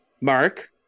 Mark